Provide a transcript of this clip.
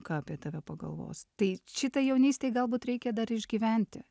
ką apie tave pagalvos tai šitą jaunystėj galbūt reikia dar išgyventi